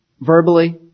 verbally